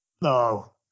No